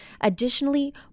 Additionally